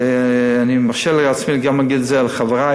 ואני מרשה לעצמי להגיד את זה גם על חברי,